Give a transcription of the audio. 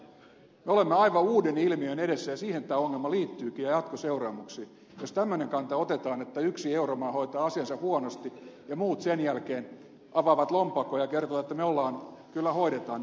me olemme aivan uuden ilmiön edessä ja siihen tämä ongelma liittyykin ja jatkoseuraamuksiin jos tämmöinen kanta otetaan että yksi euromaa hoitaa asiansa huonosti ja muut sen jälkeen avaavat lompakkonsa ja kertovat että me kyllä hoidamme nämä vastuut